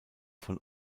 von